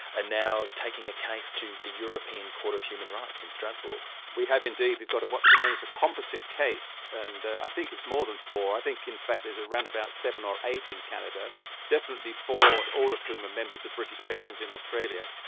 ah now taking a case to the european court of human rights in strasbourg. we have indeed, we've got what's known as a composite case. and i think it's more than four, i think in fact there's around about seven or eight in canada definitely four, all of whom are members of british pensions in australia.